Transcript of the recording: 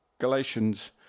Galatians